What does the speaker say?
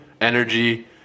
energy